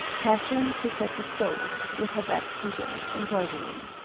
catherine sits at the stove, with her back to them, embroidering.